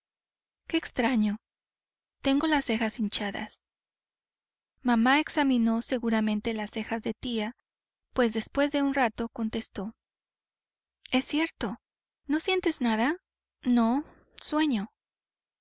qué extraño tengo las cejas hinchadas mamá examinó seguramente las cejas de tía pues después de un rato contestó es cierto no sientes nada no sueño